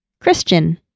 Christian